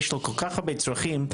יש לו כ"כ הרבה צרכים.